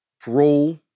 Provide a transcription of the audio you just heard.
parole